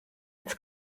its